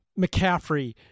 McCaffrey